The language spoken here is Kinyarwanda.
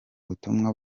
butumwa